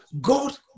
God